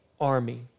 army